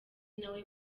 nawe